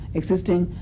existing